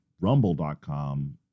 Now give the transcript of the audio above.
Rumble.com